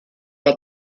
der